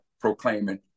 proclaiming